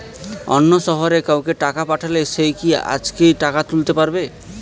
অন্য শহরের কাউকে টাকা পাঠালে সে কি আজকেই টাকা তুলতে পারবে?